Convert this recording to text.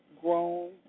grown